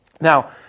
Now